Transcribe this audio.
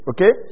Okay